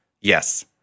Yes